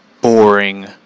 boring